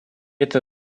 эта